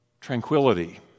tranquility